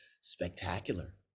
spectacular